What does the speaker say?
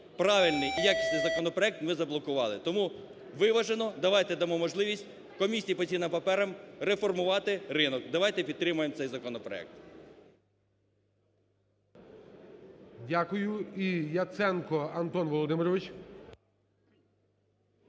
правильний і якісний законопроект ми заблокували. Тому виважено, давайте дамо можливість Комісії по цінним паперам реформувати ринок. Давайте підтримаємо цей законопроект.